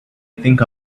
think